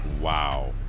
Wow